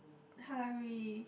hurry